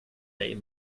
dig